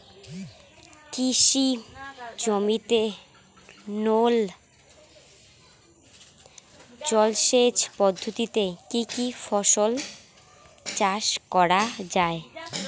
কৃষি জমিতে নল জলসেচ পদ্ধতিতে কী কী ফসল চাষ করা য়ায়?